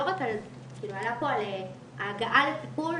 עלה פה על ההגעה לטיפול,